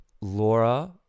Laura